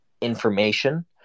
information